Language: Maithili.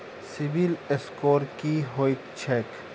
सिबिल स्कोर की होइत छैक?